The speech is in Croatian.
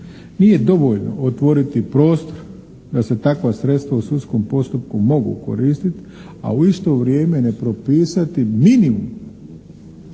Nije dovoljno otvoriti prostor da se takva sredstva u sudskom postupku mogu koristit a u isto vrijeme ne propisati minimum.